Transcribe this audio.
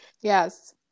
Yes